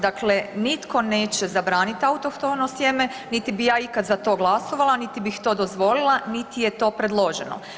Dakle, nitko neće zabraniti autohtono sjeme niti bi ja ikada za to glasovala, niti bih to dozvolila, niti je to predloženo.